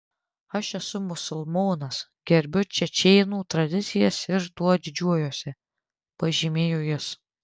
aš esu musulmonas gerbiu čečėnų tradicijas ir tuo didžiuojuosi pažymėjo jis